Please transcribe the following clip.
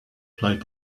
played